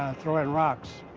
throwing rocks.